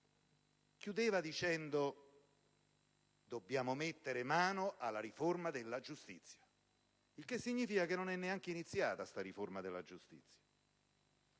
concluso dicendo che bisogna mettere mano alla riforma della giustizia. Ciò significa che non è neanche iniziata, questa riforma della giustizia!